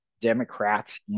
Democrats